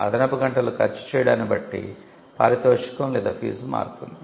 అదనపు గంటలు ఖర్చు చేయడాన్ని బట్టి పారితోషికం లేదా ఫీజు మారుతుంది